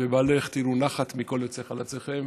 ובעלך תראו נחת מכל יוצאי חלציכם.